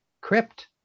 crypt